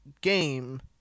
game